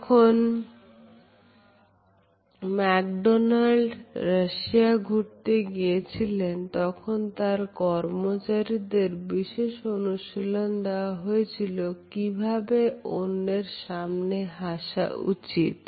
যখন McDonald Russia ঘুরতে গিয়েছিলেন তখন তার কর্মচারীদের বিশেষ অনুশীলন দেয়া হয়েছিল কিভাবে অন্যের সামনে হাসা উচিত